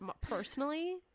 personally